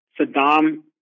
Saddam